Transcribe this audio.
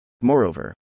Moreover